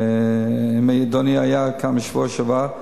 ואם אדוני היה כאן בשבוע שעבר,